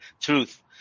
Truth